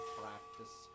practice